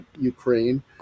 Ukraine